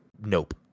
Nope